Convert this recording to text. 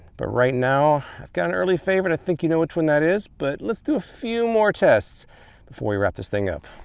but right now, i've got an early favorite. i think you know which one that is, but let's do few more tests before we wrap this thing up.